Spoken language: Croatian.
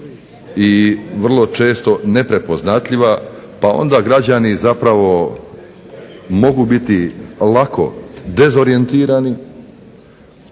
i vrlo često neprepoznatljiva, pa onda građani zapravo mogu biti lako dezorijentirani